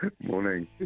Morning